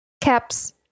Caps